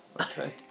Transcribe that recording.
Okay